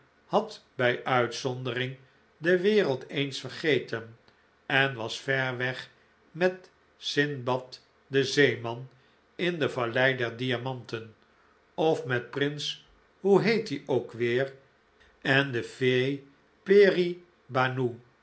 had bij uitzondering de wereld eens vergeten en was ver weg met sindbad den zeeman in de vallei der diamanten of met prins hoe heet ie ook weer en de